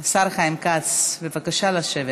השר חיים כץ, בבקשה לשבת.